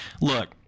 look